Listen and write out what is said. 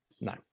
no